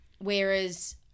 Whereas